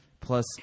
Plus